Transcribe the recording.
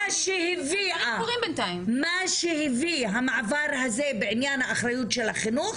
שהביא המעבר הזה בעניין האחריות של החינוך,